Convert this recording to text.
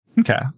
okay